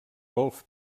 golf